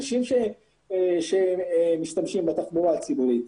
אנשים שמשתמשים בתחבורה הציבורית.